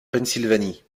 pennsylvanie